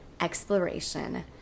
exploration